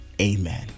amen